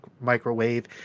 microwave